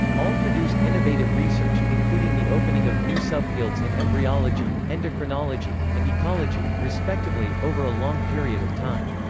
all produced innovative research, including the opening of new subfields in embryology, endocrinology, and ecology, respectively, over a long period of time.